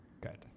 Good